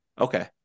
Okay